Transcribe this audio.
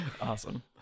Awesome